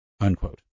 unquote